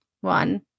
one